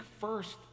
first